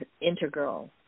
integral